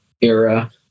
era